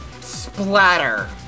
splatter